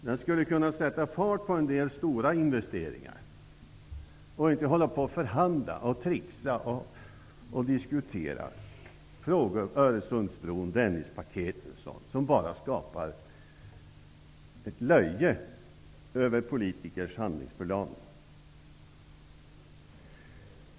Man skulle kunna sätta fart på en del stora investeringar i stället för att hålla på att förhandla, tricksa och diskutera när det gäller frågor som Öresundsbron, Dennispaketet och sådant. Det kastar bara ett löje över politikers handlingsförlamning.